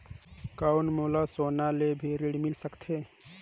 कौन मोला सोना ले भी ऋण मिल सकथे?